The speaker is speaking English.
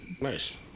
Nice